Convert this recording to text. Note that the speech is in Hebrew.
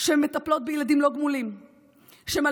שמטפלות בילדים לא גמולים, שמלבישות,